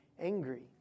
angry